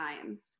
times